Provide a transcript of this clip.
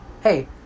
hey